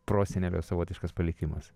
prosenelio savotiškas palikimas